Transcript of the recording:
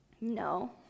No